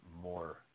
more